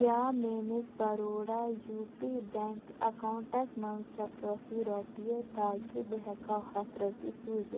کیٛاہ میٛٲنِس Baroda U P bank accounts منٛز چھےٚ کٲفی رۄپیہِ تاکہِ بہٕ ہٮ۪کہٕ ہا ہَتھ رۄپیہِ سوٗزِتھ